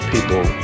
people